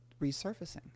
resurfacing